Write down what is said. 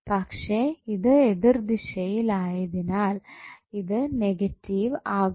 പക്ഷേ ഇത് എതിർദിശയിൽ ആയതിനാൽ ഇത് നെഗറ്റീവ് ആകും